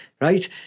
Right